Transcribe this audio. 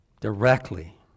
directly